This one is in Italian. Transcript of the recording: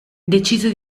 decise